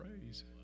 praise